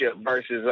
versus